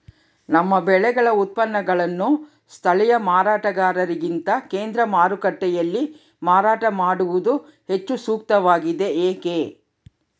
ನಮ್ಮ ಬೆಳೆಗಳ ಉತ್ಪನ್ನಗಳನ್ನು ಸ್ಥಳೇಯ ಮಾರಾಟಗಾರರಿಗಿಂತ ಕೇಂದ್ರ ಮಾರುಕಟ್ಟೆಯಲ್ಲಿ ಮಾರಾಟ ಮಾಡುವುದು ಹೆಚ್ಚು ಸೂಕ್ತವಾಗಿದೆ, ಏಕೆ?